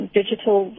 digital